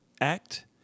act